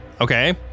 Okay